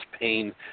pain